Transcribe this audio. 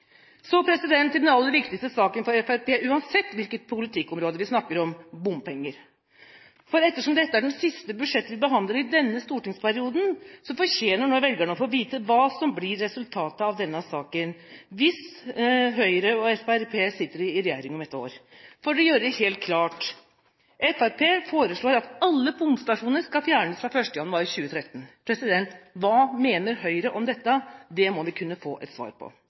Så til den aller viktigste saken for Fremskrittspartiet, uansett hvilket politikkområde vi snakker om, nemlig bompenger. Ettersom dette er det siste budsjettet vi behandler i denne stortingsperioden, fortjener velgerne nå å få vite hva som blir resultatet av denne saken hvis Høyre og Fremskrittspartiet sitter i regjering om ett år. For å gjøre det helt klart: Fremskrittspartiet foreslår at alle bomstasjoner skal fjernes fra 1. januar 2013. Hva mener Høyre om det? Det må vi kunne få et svar på.